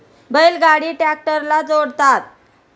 बैल गाडी ट्रॅक्टरला जोडतात